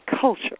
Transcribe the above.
culture